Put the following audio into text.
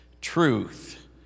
Truth